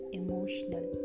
emotional